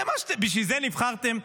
בשביל זה נבחרתם?